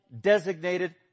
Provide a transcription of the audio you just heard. designated